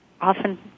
Often